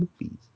movies